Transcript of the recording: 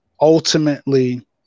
ultimately